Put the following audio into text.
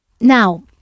Now